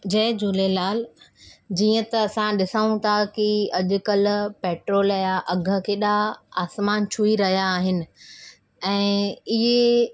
जय झूलेलाल जीअं त असां ॾिसूं था की अॼुकल्ह पेट्रोल जा अघु केॾा आसमानु छुही रहिया आहिनि ऐं इहे